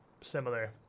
similar